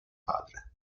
padre